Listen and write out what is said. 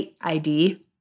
ID